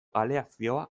aleazioa